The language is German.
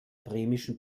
bremischen